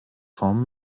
form